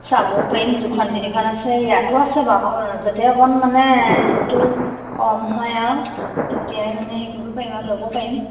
চাবও পাৰিম দুখন তিনিখন আছে ইয়াতো আছে বাৰু যতে অকণমান মানে ৰেটটো কম হয় আৰু তেতিয়াই মানে শিকিব পাৰিম আৰু ল'ব পাৰিম